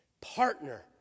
Partner